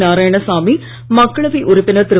நாராயணசாமி மக்களவை உறுப்பினர் திரு